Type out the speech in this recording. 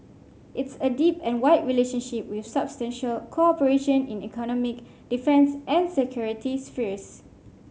it's a deep and wide relationship with substantial cooperation in economic defence and security spheres